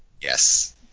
yes